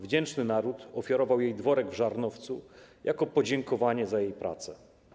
Wdzięczny naród ofiarował jej Dworek w Żarnowcu jako podziękowanie za jej pracę.